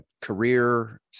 career